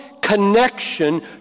connection